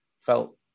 felt